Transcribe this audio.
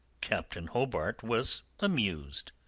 captain hobart was amused.